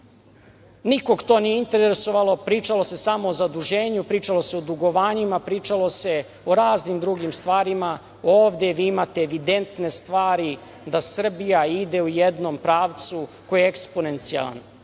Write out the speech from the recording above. Nikoga to nije interesovalo, pričalo se samo o zaduženju, pričalo se o dugovanjima, pričalo se o raznim drugim stvarima. Ovde vi imate evidentne stvari da Srbija ide u jednom pravcu koji je eksponencijalan. Imate